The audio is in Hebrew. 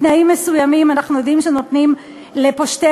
בתנאים מסוימים אנחנו יודעים שנותנים לפושטי